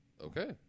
okay